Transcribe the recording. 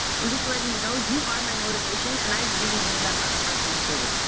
i'm just letting you know, you are my motivation. and i really mean that by the heart when i say it.